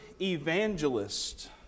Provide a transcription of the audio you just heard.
evangelist